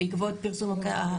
בעקבות פרסום האירוע,